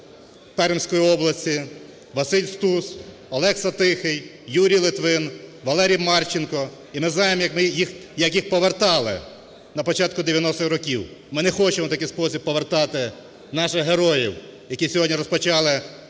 Пермської області. Василь Стус, Олекса Тихий, Юрій Литвин, Валерій Марченко. І ми знаємо, як ми їх повертали на початку 90-х років. Ми не хочемо, ми не хочемо в такий спосіб повертати наших героїв, які сьогодні розпочали акції